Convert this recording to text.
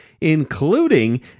including